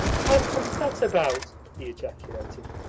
how comes that about? he ejaculated.